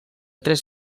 tres